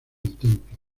templo